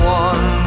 one